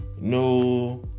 no